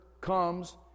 comes